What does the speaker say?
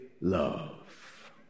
love